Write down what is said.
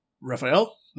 Raphael